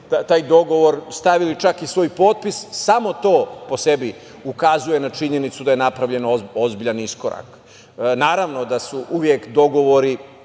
taj dogovor, stavili čak i svoj potpis, samo to po sebi ukazuje na činjenicu da je napravljen ozbiljan iskorak. Naravno da su uvek dogovori